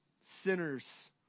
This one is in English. sinners